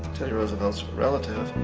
teddy roosevelt's relative.